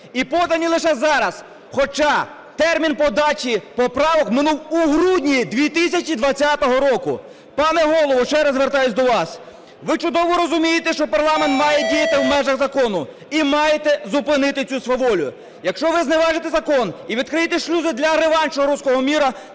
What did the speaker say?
і подані лише зараз, хоча термін подачі поправок минув у грудні 2020 року. Пане Голово, ще раз звертаюсь до вас. Ви чудово розумієте, що парламент має діяти в межах закону і маєте зупинити цю сваволю. Якщо ви зневажите закон і відкриєте шлюзи для реваншу "русского мира",